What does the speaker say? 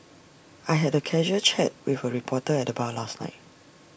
I had A casual chat with A reporter at the bar last night